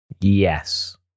Yes